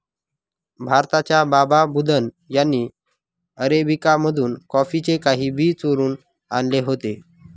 भारताच्या बाबा बुदन यांनी अरेबिका मधून कॉफीचे काही बी चोरून आणले होते